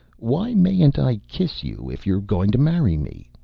why mayn't i kiss you if you're going to marry me?